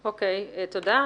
תודה.